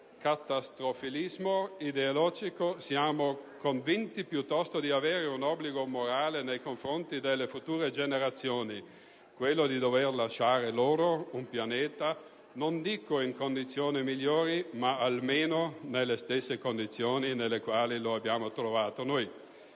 dal catastrofismo ideologico; siamo convinti piuttosto di avere un obbligo morale nei confronti delle future generazioni: quello di dover lasciar loro un pianeta non dico in condizioni migliori, ma almeno nelle stesse condizioni nelle quali lo abbiamo trovato.